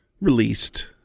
Released